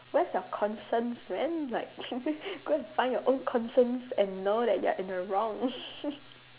where's your conscience man like go and find your own conscience and know that you're in the wrong